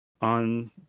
on